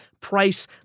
price